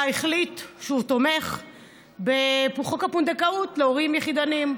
החליט שהוא תומך בחוק הפונדקאות להורים יחידנים.